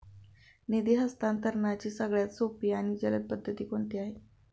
निधी हस्तांतरणाची सगळ्यात सोपी आणि जलद पद्धत कोणती आहे?